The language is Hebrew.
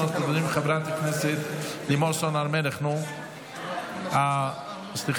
חברת הכנסת לימור סון הר מלך, בבקשה, שלוש